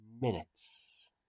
minutes